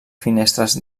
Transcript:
finestres